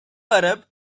arab